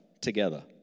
together